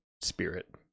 spirit